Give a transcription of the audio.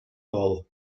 hall